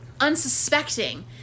unsuspecting